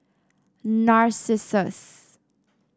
narcissus